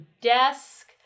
desk